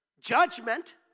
judgment